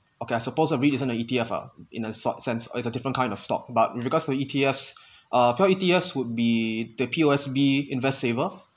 okay I suppose a REITS isn't a E_T_F uh in a sort sense it's a different kind of stock but because E_T_Fs uh E_T_Fs would be the P_O_S_B invest saver